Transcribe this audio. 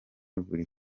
buri